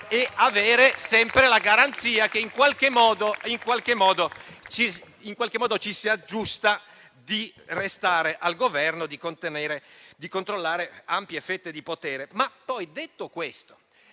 e avere sempre la garanzia che in qualche modo ci si aggiusta per restare al Governo e controllare ampie fette di potere.